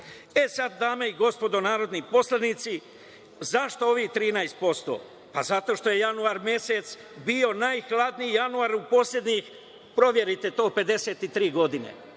sad, dame i gospodo narodni poslanici, zašto ovih 13%? Zato što je januar mesec bio najhladniji januar i poslednjih, proverite to, 53 godine.